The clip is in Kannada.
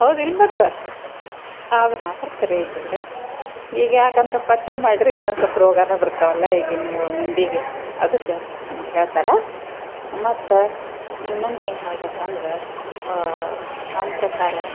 ಹೌದಿಲ್ಲ ಮತ್ತೆ ಆವಾಗ ಮಾತ್ರ ಖರೆ ಐತೆ ಬಿಡು ಈಗ ಯಾಕಂದ್ರೆ ಪಥ್ಯ ಮಾಡ್ದ್ರೆ ಇನ್ನೊಂದು ಸ್ವಲ್ಪ ರೋಗನೆ ಬರ್ತಾವಲ್ಲ ಈಗಿನ ಮಂದಿಗೆ ಅದ್ಕೆ ಹಂಗೆ ಹೇಳ್ತಾರ ಮತ್ತೆ ಇನ್ನೊಂದು ಏನು ಹೇಳ್ಬೇಕಂದ್ರೆ ನಮ್ಮ ಪ್ರಕಾರ